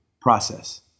process